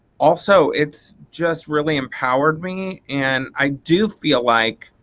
also it's just really empowered me. and i do feel like